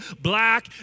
black